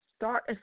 Start